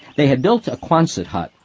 they had built a quonset hut,